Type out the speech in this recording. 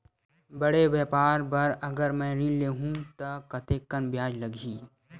बड़े व्यापार बर अगर मैं ऋण ले हू त कतेकन ब्याज लगही?